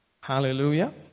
Hallelujah